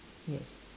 yes